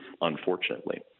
unfortunately